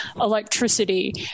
electricity